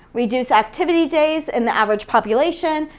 reduced activity days in the average population,